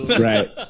Right